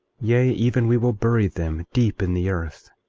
yea, even we will bury them deep in the earth,